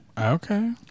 Okay